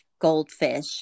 Goldfish